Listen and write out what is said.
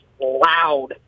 loud